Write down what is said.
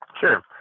Sure